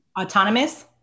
Autonomous